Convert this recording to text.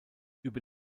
über